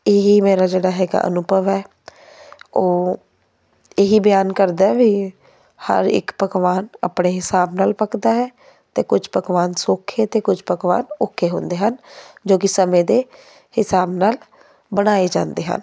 ਇਹ ਮੇਰਾ ਜਿਹੜਾ ਹੈਗਾ ਅਨੁਭਵ ਹੈ ਉਹ ਇਹ ਹੀ ਬਿਆਨ ਕਰਦਾ ਵੀ ਹਰ ਇੱਕ ਪਕਵਾਨ ਆਪਣੇ ਹਿਸਾਬ ਨਾਲ ਪੱਕਦਾ ਹੈ ਅਤੇ ਕੁਛ ਪਕਵਾਨ ਸੌਖੇ ਅਤੇ ਕੁਛ ਪਕਾਵਾਨ ਔਖੇ ਹੁੰਦੇ ਹਨ ਜੋ ਕਿ ਸਮੇਂ ਦੇ ਹਿਸਾਬ ਨਾਲ ਬਣਾਏ ਜਾਂਦੇ ਹਨ